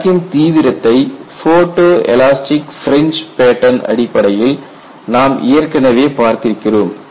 கிராக்கின் தீவிரத்தை photo elastic fringe pattern அடிப்படையில் நாம் ஏற்கனவே பார்த்திருக்கிறோம்